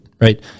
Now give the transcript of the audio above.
right